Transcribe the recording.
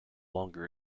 longer